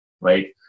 right